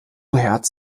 herz